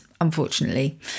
unfortunately